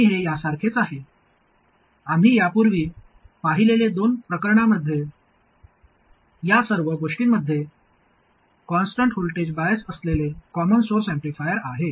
आणि हे यासारखेच आहे आम्ही यापूर्वी पाहिलेल्या दोन प्रकरणांमध्ये या सर्व गोष्टींमध्ये कॉन्स्टन्ट व्होल्टेज बायस असलेले कॉमन सोर्स ऍम्प्लिफायर आहे